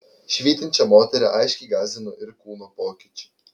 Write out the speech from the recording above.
švytinčią moterį aiškiai gąsdino ir kūno pokyčiai